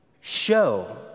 Show